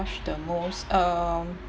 blush the most um